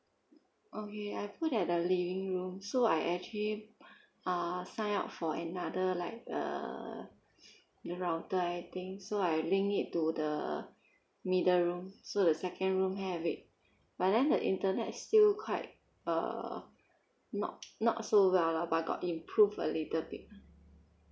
okay I put at the living room so I actually uh sign up for another like err router I think so I link it to the media room so the second room have it but then the internet still quite err not not so well lah but got improve a little bit